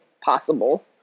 possible